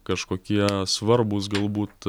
kažkokie svarbūs galbūt